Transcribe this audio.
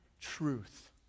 Truth